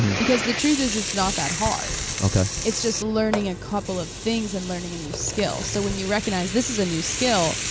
because the truth is it's not that hard. it's just learning a couple of things and learning a new skill, so when you recognize, this is a new skill,